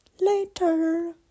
later